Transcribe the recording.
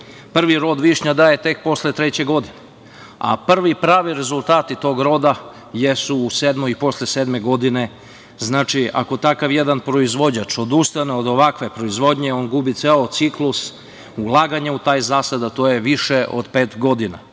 prvi rod višnja daje tek posle treće godine, a prvi pravi rezultati tog roda jesu u sedmoj i posle sedme godine. Znači, ako takav jedan proizvođač odustane od ovakve proizvodnje, on gubi ceo ciklus, ulaganje u taj zasad, a to je više od pet godina